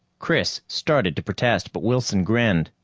chris started to protest, but wilson grinned.